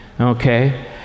okay